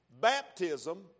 baptism